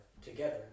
together